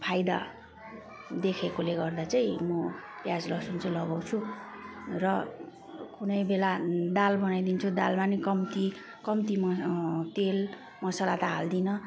फाइदा देखेकोले गर्दा चाहिँ म प्याज लहसुन चाहिँ लगाउँछु र कुनै बेला दाल बनाइदिन्छु दालमा पनि कम्ती कम्ती म तेल मसला त हाल्दिनँ